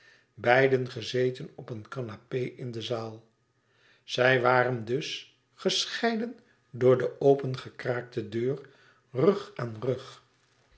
beiden gezeten op een canapé in de zaal zij waren dus gescheiden door de opengekraakte deur rug aan rug